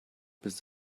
bis